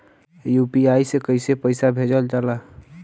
UPI से कइसे पैसा भेजल जाला?